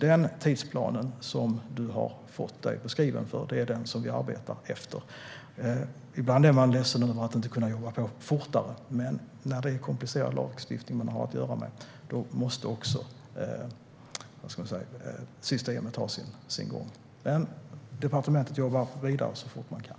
Den tidsplan som du har fått beskriven för dig är den som vi arbetar efter. Ibland är man ledsen över att inte kunna jobba fortare. Men när det är komplicerad lagstiftning man har att göra med måste systemet ha sin gång. Men departementet jobbar vidare så fort det kan.